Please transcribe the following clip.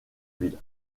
ville